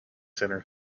center